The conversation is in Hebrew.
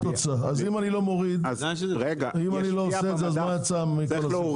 אם אני לא עושה את זה, אז מה יצא מכל הסיפור הזה?